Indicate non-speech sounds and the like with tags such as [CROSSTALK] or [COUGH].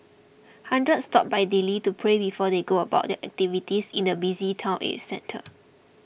hundreds stop by daily to pray before they go about their activities in the busy town centre [NOISE]